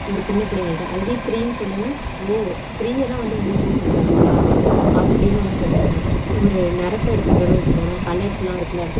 ஒரு சின்ன பிள்ளைங்கள்ட்ட அதுவே த்ரீன்னு சொல்லுங்க ஓ த்ரீயைதான் வந்து மூன்றுன்னு சொல்கிறாங்களா அப்படின்னு வந்து சொல்கிறாங்க ஒரு நிறத்த எடுத்துக்கிட்டோன்னு வச்சுகோங்களேன் கலர்ஸெலாம் இருக்குதுல்ல